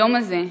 היום הזה,